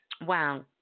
Wow